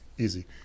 Easy